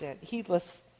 heedless